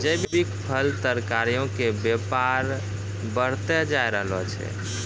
जैविक फल, तरकारीयो के व्यापार बढ़तै जाय रहलो छै